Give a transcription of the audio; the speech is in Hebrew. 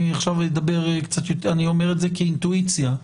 אני אומר את זה כאינטואיציה,